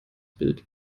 bild